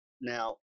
Now